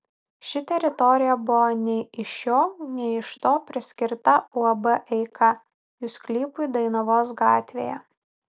ši teritorija buvo nei iš šio nei iš to priskirta uab eika jų sklypui dainavos gatvėje